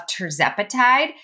terzepatide